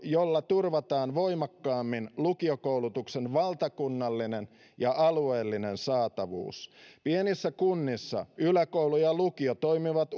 jolla turvataan voimakkaammin lukiokoulutuksen valtakunnallinen ja alueellinen saatavuus pienissä kunnissa yläkoulu ja lukio toimivat